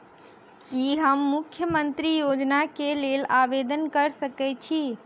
की हम मुख्यमंत्री योजना केँ लेल आवेदन कऽ सकैत छी?